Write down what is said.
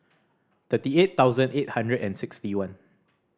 thirty eight thousand eight hundred and sixty one